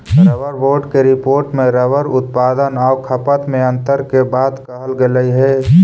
rubber board के report में rubber उत्पादन आउ खपत में अन्तर के बात कहल गेलइ हे